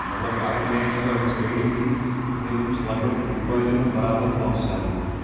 مطلب اگر مےٚ آسہِ مطلب أمِس ریٹِنٛگ دِنۍ بہٕ دِمہٕ أمِس لگ بگ پانٛژو منٛز برابر پانٛژھ سٹار دِمس بہٕ